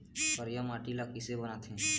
करिया माटी ला किसे बनाथे?